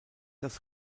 das